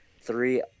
three